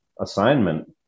assignment